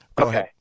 okay